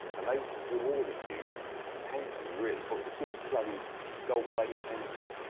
and they rewarded you handsomely, really, for it's a good bloody gold-plated pension.